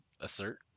assert